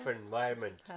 environment